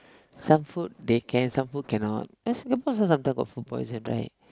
some food they can some food cannot Singapore also sometimes got food poison right